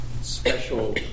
special